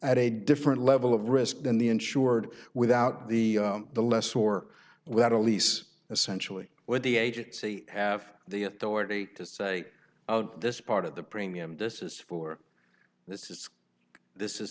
at a different level of risk than the insured without the the less or without a lease essentially with the agency have the authority to say this part of the premium this is for this is this is